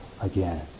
again